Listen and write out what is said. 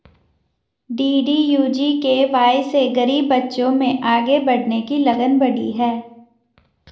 DDU GKY से गरीब बच्चों में आगे बढ़ने की लगन बढ़ी है